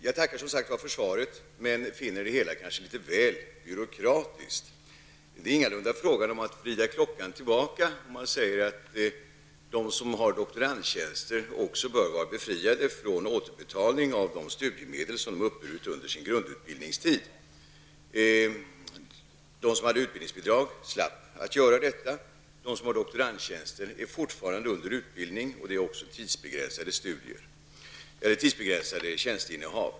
Jag tackar som sagt var för svaret, men jag finner det hela litet väl byråkratiskt. Det är ingalunda fråga om att vrida klockan tillbaka om man säger att de som har doktorandtjänster också bör vara befriade från återbetalning av de studiemedel som de har uppburit under sin grundutbildningstid. De som hade utbildningsbidrag slapp att göra det. De som har doktorandtjänster är fortfarande under utbildning, och det är också fråga om tidsbegränsade tjänsteinnehav.